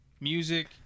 music